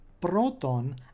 proton